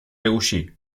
reuși